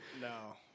No